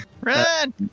run